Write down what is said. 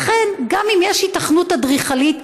לכן, גם אם יש היתכנות אדריכלית,